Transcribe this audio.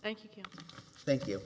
thank you thank you